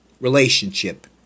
relationship